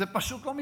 זה פשוט לא מתקבל.